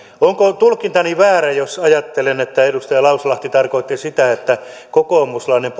onko tulkintani väärä jos ajattelen että edustaja lauslahti tarkoitti että kokoomuslaisessa